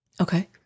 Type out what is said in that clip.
Okay